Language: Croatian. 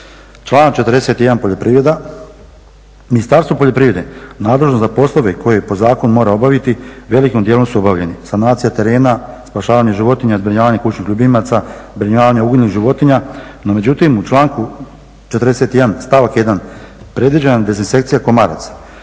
Članak 41. poljoprivreda. Ministarstvo poljoprivrede nadležno za poslove koje po zakonu mora obaviti velikim dijelom su obavljeni - sanacija terena, spašavanje životinja, zbrinjavanje kućnih ljubimaca, zbrinjavanje uginulih životinja. No međutim, u članku 41. stavak 1. predviđena dezinsekcija komaraca